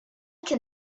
can